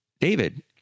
David